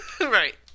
Right